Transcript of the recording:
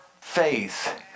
faith